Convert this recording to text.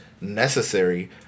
necessary